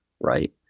right